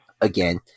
again